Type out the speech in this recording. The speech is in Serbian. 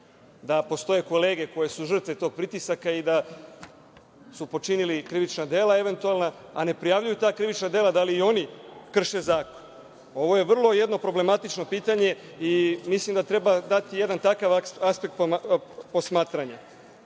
da postoje kolege koje su žrtve tih pritisaka i da su počinili krivična dela, eventualna, a ne prijavljuju ta krivična dela, da li i oni krše zakon? Ovo je vrlo problematično pitanje i mislim da treba dati jedan takav aspekt posmatranja. Ovde